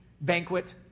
banquet